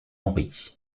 henri